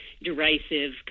derisive